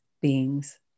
beings